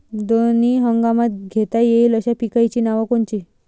दोनी हंगामात घेता येईन अशा पिकाइची नावं कोनची?